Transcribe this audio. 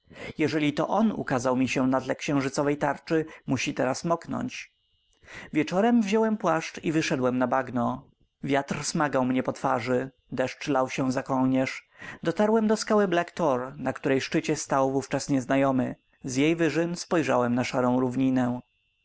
jeżeli to on ukazał mi się na tle księżycowej tarczy musi teraz moknąć wieczorem wziąłem płaszcz i wyszedłem na bagno wiatr smagał mnie po twarzy deszcz lał się za kołnierz dotarłem do skały black tor na której szczycie stał wówczas nieznajomy z jej wyżyn spojrzałem na szarą równinę